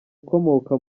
akomoka